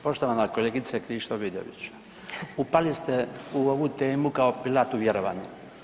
Poštovana kolegice Krišto Vidović, upali ste u ovu temu kao Pilat u vjerovanje.